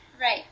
right